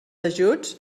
ajuts